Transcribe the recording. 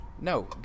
No